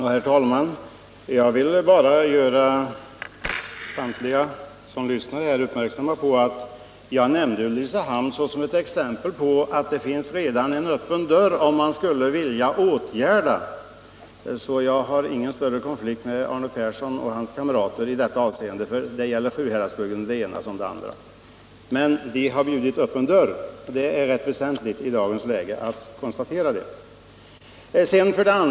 Herr talman! Jag vill bara göra samtliga ledamöter här i kammaren uppmärksamma på att jag nämnde Ulricehamn som exempel på att en dörr redan står öppen för den händelse man skulle vilja vidta en sådan åtgärd som jag förordar. Det råder alltså inte någon större konflikt mellan mig och Arne Persson eller hans partikamrater i detta avseende, eftersom det i båda fallen gäller Sjuhäradsbygden. Men man har i Ulricehamn öppnat en dörr i detta sammanhang, och det är i dagens läge rätt väsentligt att konstatera.